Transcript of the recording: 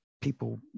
people